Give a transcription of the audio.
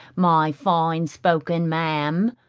my fine spoken ma'am,